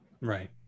Right